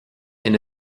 ina